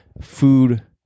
food